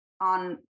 on